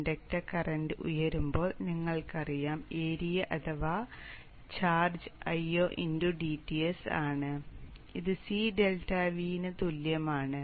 inductor current ഉയരുമ്പോൾ നിങ്ങൾക്കറിയാം area അഥവാ ചാർജ്ജ് Io dTs ആണ് ഇത് C∆V ന് തുല്യവുമാണ്